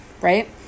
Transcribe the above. right